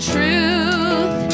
truth